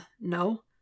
no